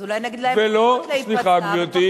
אז אולי נגיד להם פחות להיפצע, סליחה, גברתי.